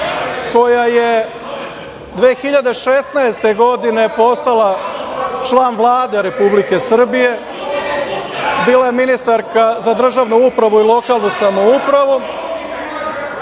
koja je 2016. godine postala član Vlade Republike Srbije, bila ministarka za državnu upravu i lokalnu samoupravu,